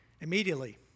immediately